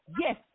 Yes